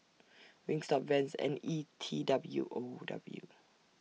Wingstop Vans and E T W O W